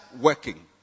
working